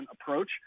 approach